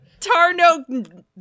Tarno